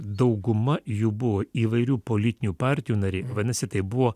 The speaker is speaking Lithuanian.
dauguma jų buvo įvairių politinių partijų nariai vadinasi tai buvo